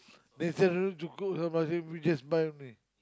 they say don't need to cook sambal belacan you just buy only